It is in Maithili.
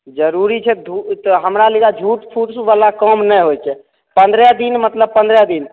जरुरी छै हमरा लिए तऽ झुठ फुस बाला काम नहि होइ छै पन्द्रह दिन मतलब पन्द्रह दिन